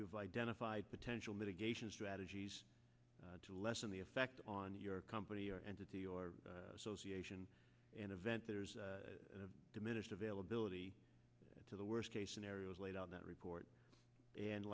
you've identified potential mitigation strategies to lessen the effect on your company or entity or association and event there's a diminished availability to the worst case scenarios laid out that report and